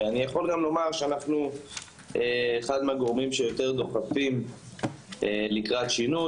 ואני גם יכול לומר שאחד מהגורמים שיותר דוחפים לקראת שינוי,